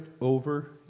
over